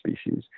species